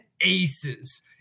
aces